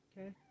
okay